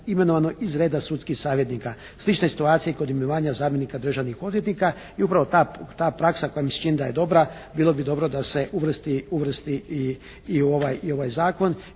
imenovano iz reda sudskih savjetnika. Slična je situacija kod imenovanja zamjenika državnih odvjetnika. I upravo ta praksa koja mi se čini da je dobra bilo bi dobro da se uvrsti i u ovaj zakon